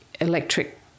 electric